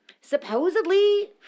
Supposedly